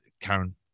karen